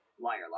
Liar